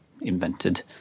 invented